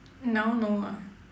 now no ah